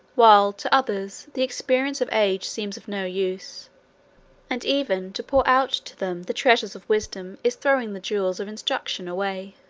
while to others the experience of ages seems of no use and even to pour out to them the treasures of wisdom is throwing the jewels of instruction away.